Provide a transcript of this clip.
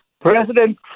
President